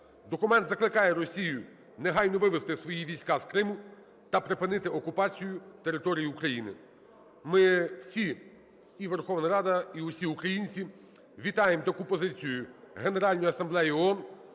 Документ закликає Росію негайно вивести свої війська з Криму та припинити окупацію території України. Ми всі, і Верховна Рада, і усі українці вітаємо таку позицію Генеральної Асамблеї ООН.